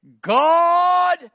God